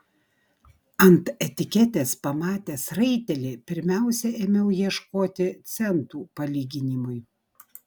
ant etiketės pamatęs raitelį pirmiausia ėmiau ieškoti centų palyginimui